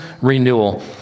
renewal